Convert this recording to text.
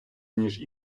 ніж